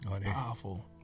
Powerful